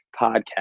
podcast